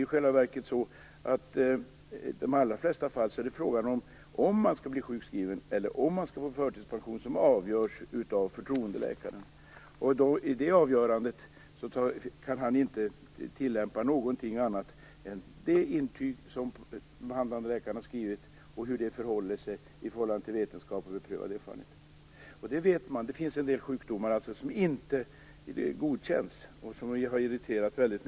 I själva verket är det i de allra flesta fall frågan om man skall bli sjukskriven eller om man skall få förtidspension som avgörs av förtroendeläkaren. I det avgörandet kan han inte tillämpa något annat än det intyg som den behandlande läkaren har skrivit och hur det förhåller sig till vetenskap och beprövad erfarenhet. Det finns ju en del sjukdomar som inte godkänns, vilket har orsakat mycket irritation.